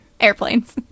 airplanes